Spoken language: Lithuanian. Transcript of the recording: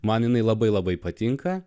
man jinai labai labai patinka